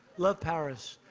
loved paris.